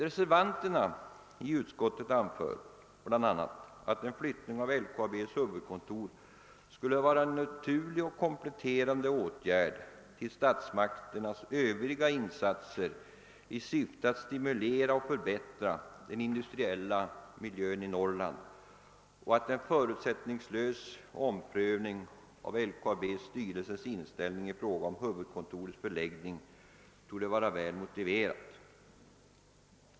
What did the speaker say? Reservanterna i utskottet anför bl.a. att en flyttning av LKAB:s huvudkontor skulle vara »en naturlig och kompletterande åtgärd till statsmakternas Övriga insatser i syfte att stimulera och förbättra den industriella miljön i Norrland« och att en förutsättningslös omprövning av styrelsens inställning i fråga om huvudkontorets förläggning torde vara väl motiverad.